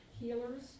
healers